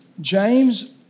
James